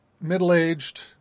middle-aged